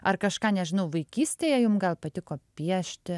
ar kažką nežinau vaikystėje jum gal patiko piešti